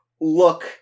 look